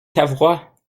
cavrois